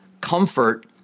comfort